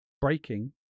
Braking